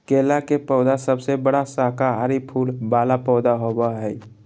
केला के पौधा सबसे बड़ा शाकाहारी फूल वाला पौधा होबा हइ